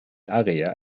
área